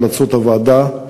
המלצות הוועדה,